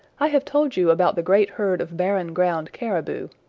i have told you about the great herd of barren ground caribou,